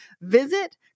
visit